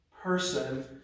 person